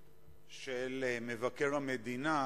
מי שתומך בהעברת הנושא לוועדה,